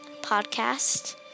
podcast